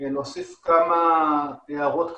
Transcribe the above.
להוסיף כמה הערות קטנות.